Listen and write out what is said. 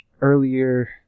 earlier